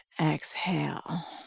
exhale